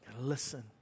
listen